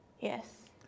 Yes